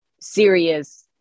serious